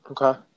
Okay